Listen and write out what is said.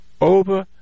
over